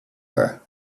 her